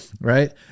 right